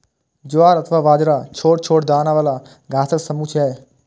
ज्वार अथवा बाजरा छोट छोट दाना बला घासक समूह छियै